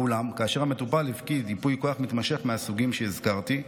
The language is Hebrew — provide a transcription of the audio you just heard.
אולם כאשר המטופל הפקיד ייפוי כוח מתמשך מהסוגים שהזכרתי,